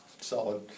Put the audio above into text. solid